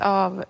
av